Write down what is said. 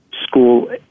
School